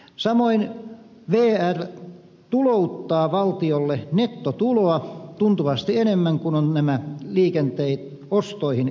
samoin vr tulouttaa valtiolle nettotuloa tuntuvasti enemmän kuin ovat nämä liikenteen ostoihin käytetyt määrärahat